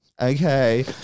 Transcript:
Okay